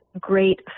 great